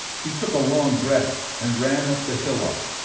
he took a long breath and ran up the hillock.